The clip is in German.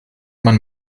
man